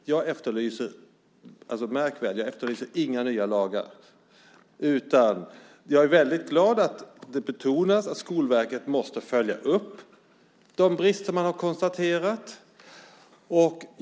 Jag efterlyser inga nya lagar. Jag är väldigt glad att det betonas att Skolverket måste följa upp de brister man har konstaterat.